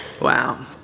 Wow